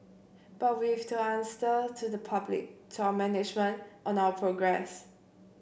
but we've to answer to the public to our management on our progress